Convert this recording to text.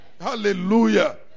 Hallelujah